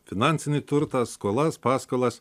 finansinį turtą skolas paskolas